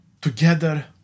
Together